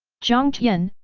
jiang tian,